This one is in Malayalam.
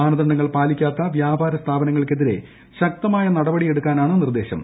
മാനദണ്ഡങ്ങൾ പാലിക്കാത്ത വൃാപാര സ്ഥാപനങ്ങൾക്കെതിരെ ശക്തമായ നടപടിയെടുക്കാനാണ് നിർദ്ദേശം